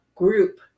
group